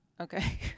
Okay